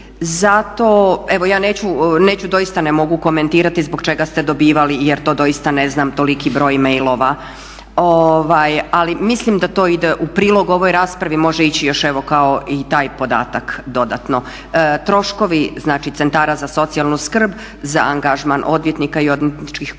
manje. Evo ja neću, doista ne mogu komentirati zbog čega ste dobivali jer to doista ne znam, toliki broj mailova, ali mislim da to ide u prilog ovoj raspravi. Može ići još evo kao i taj podatak dodatno. Troškovi znači centara za socijalnu skrb za angažman odvjetnika i odvjetničkih kuća